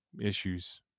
issues